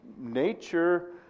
Nature